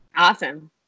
awesome